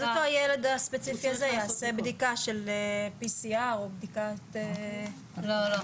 אז אותו ילד ספציפי יעשה בדיקת PCR או בדיקת --- לא.